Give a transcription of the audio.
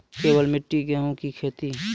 केवल मिट्टी गेहूँ की खेती?